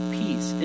peace